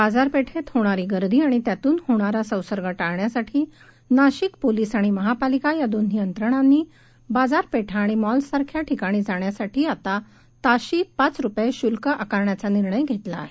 बाजार पेठेत होणारी गर्दी आणि त्यातून होणारा संसर्ग टाळण्यासाठी नाशिक पोलीस आणि महापालिका या दोन्ही यंत्रणांनी बाजार पेठा आणि मॉल्स सारख्या ठिकाणी जाण्यासाठी आता ताशी पाच रुपये शुल्क आकारण्याचा निर्णय घेतला आहे